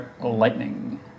lightning